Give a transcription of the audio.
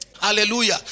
Hallelujah